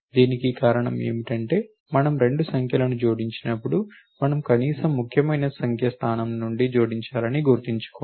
దీనికి కారణం ఏమిటంటే మనం 2 సంఖ్యలను జోడించినప్పుడు మనం లీస్ట్ సిగ్నిఫికెంట్ స్థానం నుండి జోడించాలని గుర్తుంచుకోండి